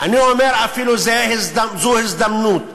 אני אומר, זו אפילו הזדמנות.